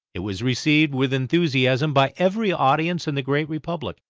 it was received with enthusiasm by every audience in the great republic,